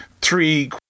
three